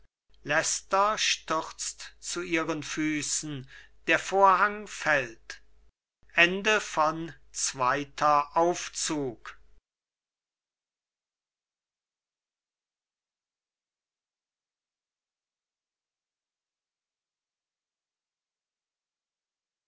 stürzt zu ihren füßen der vorhang fällt